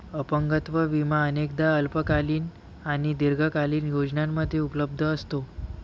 अपंगत्व विमा अनेकदा अल्पकालीन आणि दीर्घकालीन योजनांमध्ये उपलब्ध असतो